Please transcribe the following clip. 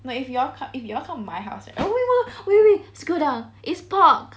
but if y'all come if y'all come my house we wait scroll down it's pork